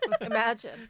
Imagine